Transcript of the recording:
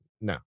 No